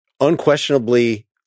unquestionably